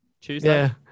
Tuesday